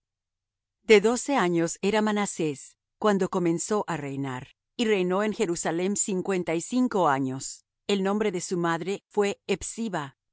de doce años era manasés cuando comenzó á reinar y reinó en jerusalem cincuenta y cinco años el nombre de su madre fué hepsiba